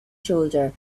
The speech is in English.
shoulder